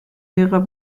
lehrer